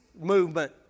movement